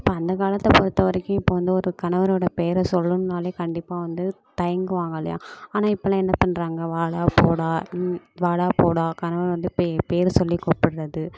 இப்போ அந்த காலத்தை பொறுத்த வரைக்கும் இப்போ வந்து ஒரு கணவரோட பெயர சொல்லணுனாலே கண்டிப்பாக வந்து தயங்குவாங்க இல்லையா ஆனால் இப்போல்லாம் என்ன பண்ணுறாங்க வாடா போடா வாடா போடா கணவரை வந்து பே பேரை சொல்லி கூப்பிட்றது